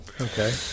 Okay